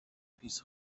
his